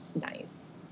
nice